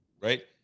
Right